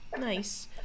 Nice